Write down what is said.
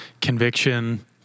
Conviction